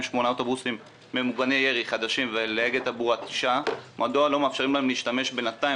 אוטובוסים ממוגני ירי חדשים ול"אגד תעבורה" 9 להשתמש בהם בינתיים,